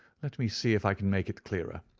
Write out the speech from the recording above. let me see if i can make it clearer.